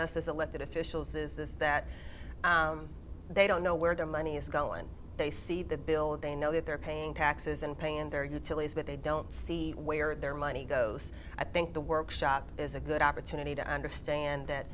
us as elected officials is that they don't know where their money is going they see the bill they know that they're paying taxes and paying their utilities but they don't see where their money goes i think the workshop is a good opportunity to understand